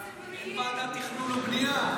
אין ועדת תכנון ובנייה,